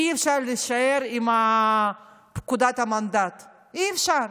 אי-אפשר להישאר עם פקודת המנדט, אי-אפשר.